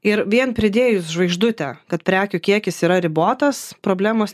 ir vien pridėjus žvaigždutę kad prekių kiekis yra ribotas problemos